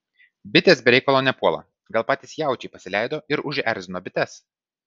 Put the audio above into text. bitės be reikalo nepuola gal patys jaučiai pasileido ir užerzino bites